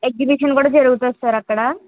exhibition కూడా జరుగుతది sir అక్కడ